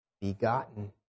begotten